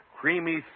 Creamy